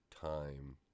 time